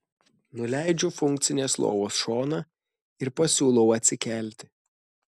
nuleidžiu funkcinės lovos šoną ir pasiūlau atsikelti